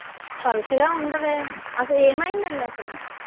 పలచగా ఉండవే అసలు ఏమైందండీ అసలు